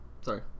Sorry